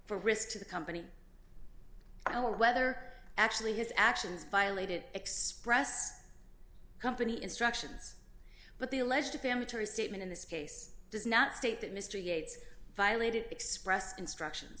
for risk to the company i don't know whether actually his actions violated express company instructions but the alleged family tree statement in this case does not state that mr yates violated express instruction